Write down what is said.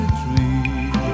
dream